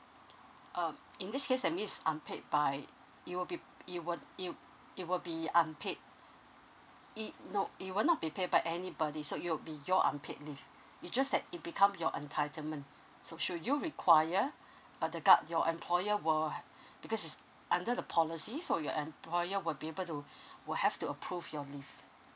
um in this case that means unpaid by it will be it will it it will be unpaid it no it will not be paid by anybody so it'll be your unpaid leave it just that it become your entitlement so should you require uh the go~ your employer will because under the policy so your employer will be able to will have to approve your leave